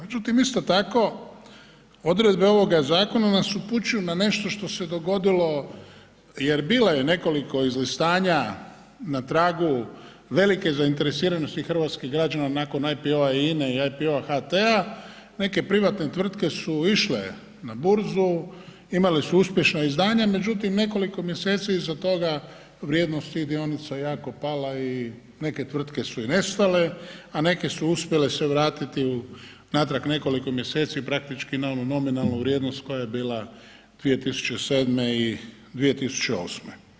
Međutim, isto tako odredbe ovog zakona nas upućuju na nešto što se dogodilo jer bilo je nekoliko izlistanja na tragu velike zainteresiranosti hrvatskih građana nakon IPO-a i IPO-a HT-a, neke privatne tvrtke su išle na burzu, imali su uspješna izdanja, međutim nekoliko mjeseci iza toga vrijednost tih dionica je jako pala i neke tvrtke su i nestale, a neke su uspjele se vratiti unatrag nekoliko mjeseci praktički na onu nominalnu vrijednost koja je bila 2007. i 2008.